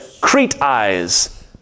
crete-eyes